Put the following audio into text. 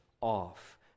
off